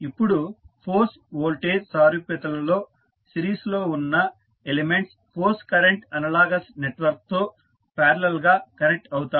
ఇప్పుడు force voltage సారూప్యతలో సిరీస్లో ఉన్న ఎలిమెంట్స్ ఫోర్స్ కరెంట్ అనలాగస్ నెట్వర్క్లో పారలల్ గా కనెక్ట్ అవుతాయి